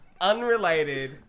unrelated